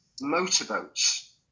motorboats